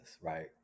right